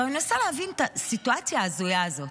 אני מנסה להבין את הסיטואציה ההזויה הזאת.